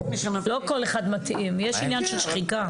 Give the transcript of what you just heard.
לא כל אחד מתאים, יש עניין של שחיקה.